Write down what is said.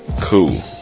Cool